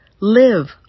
live